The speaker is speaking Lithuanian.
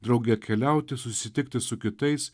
drauge keliauti susitikti su kitais